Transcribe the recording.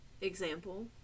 example